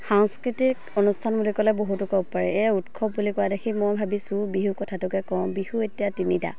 সাংস্কৃতিক অনুষ্ঠান বুলি ক'লে বহুতো ক'ব পাৰে এই উৎসৱ বুলি কোৱা দেখি মই ভাবিছোঁ বিহু কথাটোকে কওঁ বিহু এতিয়া তিনিটা